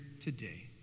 today